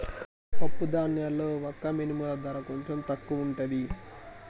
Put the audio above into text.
పప్పు ధాన్యాల్లో వక్క మినుముల ధర కొంచెం తక్కువుంటది